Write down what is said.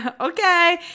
okay